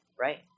right